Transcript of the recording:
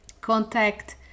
Contact